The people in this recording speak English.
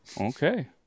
Okay